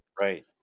Right